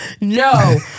No